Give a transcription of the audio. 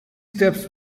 steps